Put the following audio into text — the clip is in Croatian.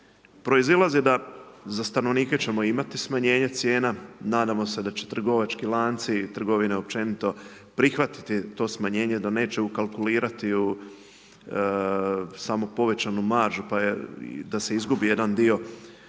proizlazi da za stanovnike ćemo imati smanjenje cijena, nadamo se da će trgovački lanci i trgovine općenito prihvatiti to smanjenje, da neće ukalkulirati u samu povećanu maržu da se izgubi jedan dio ovoga